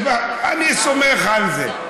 אני סומך על זה.